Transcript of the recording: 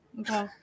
Okay